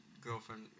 girlfriend